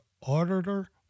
auditor